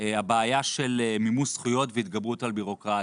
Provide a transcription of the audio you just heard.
הבעיה של מימוש זכויות והתגברות על בירוקרטיה.